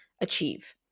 achieve